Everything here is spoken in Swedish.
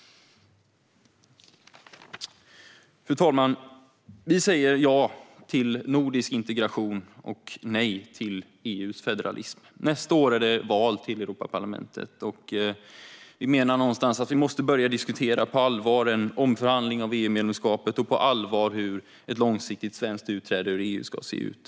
Fru talman! Vi säger ja till nordisk integration och nej till EU:s federalism. Nästa år är det val till Europaparlamentet. Vi menar att vi på allvar måste börja diskutera en omförhandling av EU-medlemskapet och hur ett långsiktigt svenskt utträde ur EU ska se ut.